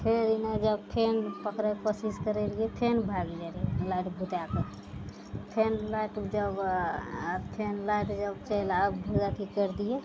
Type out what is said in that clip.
फेर इना जब फेर पकड़ैके कोशिश करै रहियै फेर भागि जाइ रहै लाइट बुतैके फेर लाइट जब फेर लाइट जब चलि आब ओकरा की करि दियै